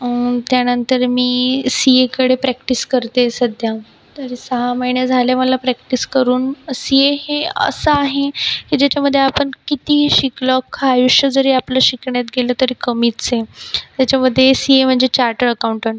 त्यानंतर मी सीएकडे प्रॅक्टिस करतेय सध्या तर सहा महिने झाले मला प्रॅक्टिस करून सीए हे असं आहे की ज्याच्यामधे आपन कितीही शिकलं अख्खं आयुष्य जरी आपलं शिकण्यात गेलं तरी कमीचंय त्याच्यामधे सीए म्हनजे चार्टर्ड अकाऊंटंट